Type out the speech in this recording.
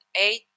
eight